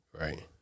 right